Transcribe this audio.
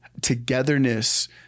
togetherness